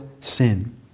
sin